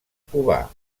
cubà